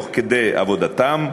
תוך כדי עבודתם,